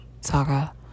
saga